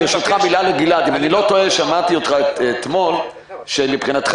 מילה לגלעד שמעתי אותך אתמול שמבחינתך